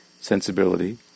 sensibility